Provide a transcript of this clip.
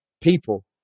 people